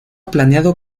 planeado